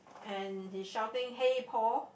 and he shouting hey Paul